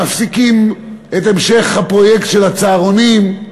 מפסיקים את המשך הפרויקט של הצהרונים,